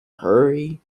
hurry